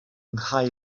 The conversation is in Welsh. nghae